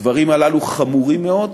הדברים הללו חמורים מאוד,